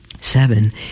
Seven